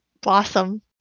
blossom